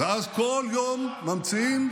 ואז כל יום ממציאים,